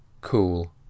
Cool